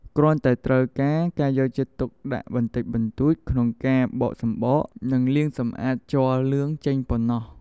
គ្រាន់តែត្រូវការការយកចិត្តទុកដាក់បន្តិចបន្តួចក្នុងការបកសំបក និងលាងសម្អាតជ័រលឿងចេញប៉ុណ្ណោះ។